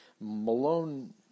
Malone